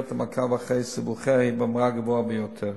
והמעקב אחרי סיבוכיה הם ברמה הגבוהה ביותר.